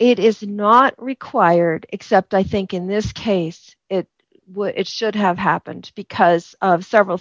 it is not required except i think in this case it would it should have happened because of several